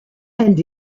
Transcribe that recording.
and